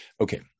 Okay